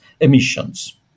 emissions